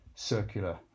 circular